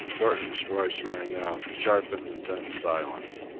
thornton's voice rang out, sharp in the tense silence.